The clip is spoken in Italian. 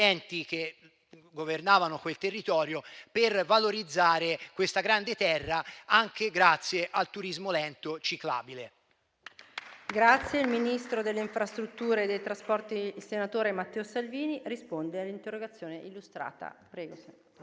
Il ministro delle infrastrutture e dei trasporti, senatore Matteo Salvini, risponde all'interrogazione illustrata per tre